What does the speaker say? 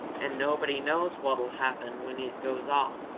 and nobody knows what'll happen when it goes off.